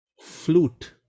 flute